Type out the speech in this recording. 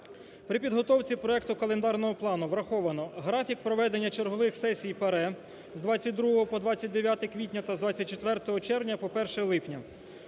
При підготовці проекту календарного плану враховано графік проведення чергових сесії ПАРЕ з 22 по 29 квітня та з 24 червня по 1 липня,